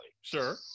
Sure